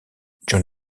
john